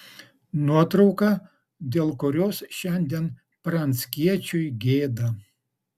nuotrauka dėl kurios šiandien pranckiečiui gėda